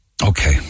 Okay